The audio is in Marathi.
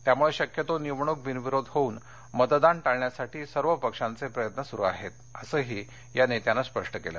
त्यामुळे शक्यतो निवडणूक बिनविरोध होऊन मतदान टाळण्यासाठी सर्व पक्षांचे प्रयत्न सुरू आहेत असंही या नेत्यानं स्पष्ट केलं